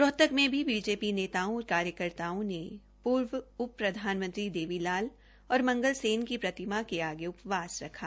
रोहतक में भी बीजेपी नेताओं और कार्यकर्ताओं ने पूर्व उप प्रधानमंत्री देवी लाल और मंगलसेन की प्रतिमा के आगे उपवास रखा